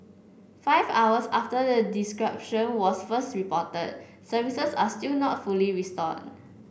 five hours after the disruption was first reported services are still not fully restored